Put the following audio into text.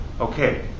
Okay